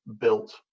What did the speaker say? built